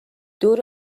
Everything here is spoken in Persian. دور